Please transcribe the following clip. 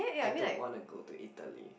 I don't wanna go to Italy